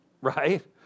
Right